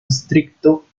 estricto